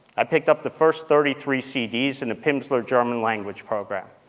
i picked up the first thirty three cds in the pimsleur german language program,